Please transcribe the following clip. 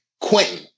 Quentin